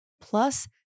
plus